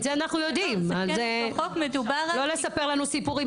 לא לספר לנו סיפורים.